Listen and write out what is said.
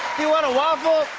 you want a waffle?